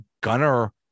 Gunner